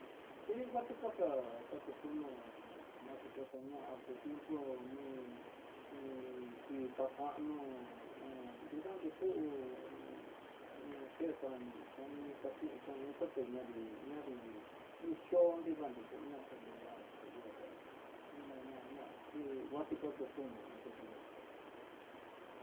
Xi nguati kaxa dakutunó naxakuxañati tiempo, ho ni ni kitaxanó ho nrida nitú, ho un xhexan xanixaxhi xaté ña'a dii ñadii ni xho'o nrida nituna, celular da ihó xé nguina ñaña xínguati kaku tunó nakuxaña.